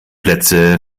plätze